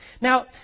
Now